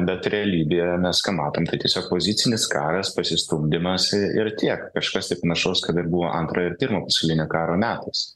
bet realybėje mes ką matom tai tiesiog pozicinis karas pasistumdymas i ir tiek kažkas tai panašaus kada buvo antrojo ir pirmo pasaulinio karo metais